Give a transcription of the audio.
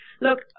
look